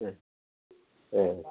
ए ए